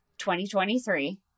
2023